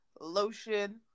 lotion